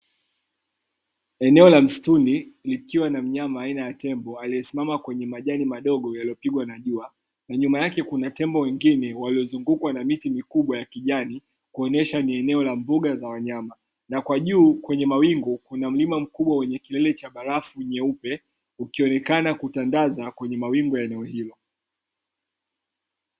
Eneo la msituni likiwa na mnyama aina ya tembo aliyesimama kwenye majani madogo yaliyopigwa na jua, na nyuma yake kuna tembo wengine waliozungukwa na miti mikubwa ya kijani, kuonesha ni eneo la mbuga za wanyama. Na kwa juu kwenye mawingu, kuna mlima mkubwa wenye kilele cha barafu nyeupe, ukionekana kutandaza kwenye mawingu ya eneo hilo.